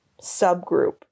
subgroup